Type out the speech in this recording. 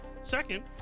Second